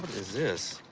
is this?